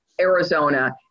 Arizona